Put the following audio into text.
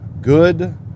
good